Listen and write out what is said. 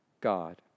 God